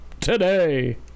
today